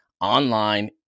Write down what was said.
online